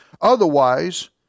Otherwise